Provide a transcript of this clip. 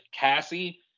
Cassie